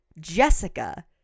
Jessica